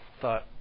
thought